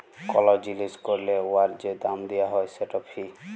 call জিলিস ক্যরলে উয়ার যে দাম দিয়া হ্যয় সেট ফি